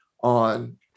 on